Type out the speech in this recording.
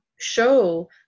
show